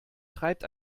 treibt